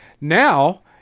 Now